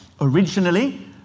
Originally